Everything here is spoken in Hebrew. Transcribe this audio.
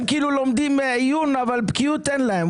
הם כאילו לומדים עיון אבל בקיאות אין להם.